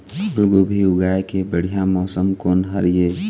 फूलगोभी उगाए के बढ़िया मौसम कोन हर ये?